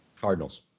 Cardinals